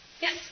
Yes